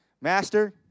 master